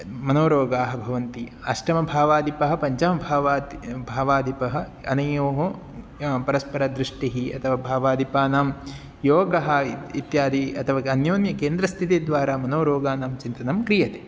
मनोरोगाः भवन्ति अष्टमभावादिपः पञ्चमभावात् भावादिपः अनयोः परस्परदृष्टिः अथवा भावादिपानां योगः इत् इत्यादि अथवा अन्योन्यकेन्द्रस्थितिद्वारा मनोरोगाणां चिन्तनं क्रियते